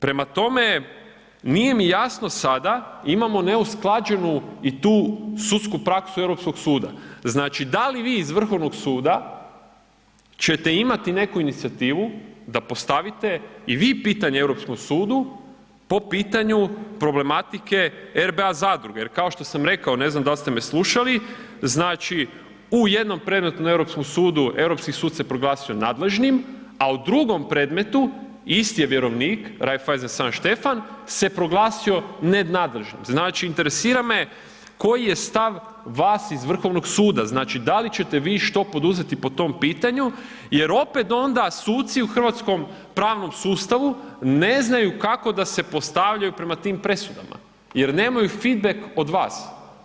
Prema tome, nije mi jasno sada, imamo neusklađenu i tu sudsku praksu Europskog suda, znači da li vi iz Vrhovnog suda ćete imati neku inicijativu da postavite i vi pitanje Europskom sudu po pitanju problematike RBA zadruge jer kao što sam rekao, ne znam dal ste me slušali, znači u jednom predmetu na Europskom sudu, Europski sud se proglasio nadležnim, a u drugom predmetu isti je vjerovnik Raiffeisen Sankt Stefan se proglasio nenadležnim, znači interesira me koji je stav vas iz Vrhovnog suda, znači da li ćete vi što poduzeti po tom pitanju jer opet onda suci u hrvatskom pravnom sustavu ne znaju kako da se postavljaju prema tim presudama jer nemaju fit bek od vas.